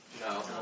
No